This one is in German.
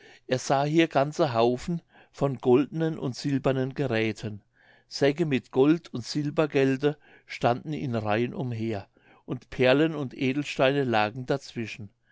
er sah hier ganze haufen von goldenen und silbernen geräthen säcke mit gold und silbergelde standen in reihen umher und perlen und edelsteine lagen dazwischen